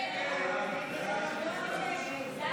הסתייגות 10 לא